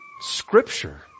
scripture